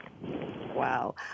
Wow